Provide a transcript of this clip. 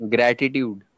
Gratitude